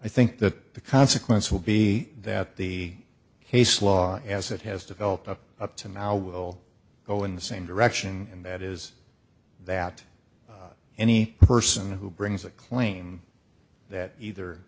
i think that the consequence will be that the case law as it has developed up up to now will go in the same direction and that is that any person who brings a claim that either